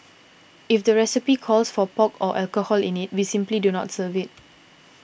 if the recipe calls for pork or alcohol in it we simply do not serve it